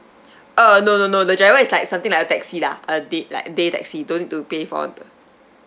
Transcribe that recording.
uh no no no the driver is like something like a taxi lah a day like day taxi don't need to pay for the